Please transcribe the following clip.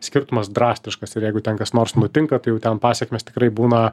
skirtumas drastiškas ir jeigu ten kas nors nutinka tai jau ten pasekmės tikrai būna